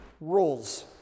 rules